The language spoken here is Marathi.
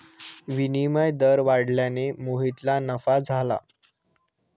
विनिमय दर वाढल्याने मोहितला नफा झाला